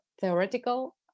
theoretical